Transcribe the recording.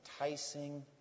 enticing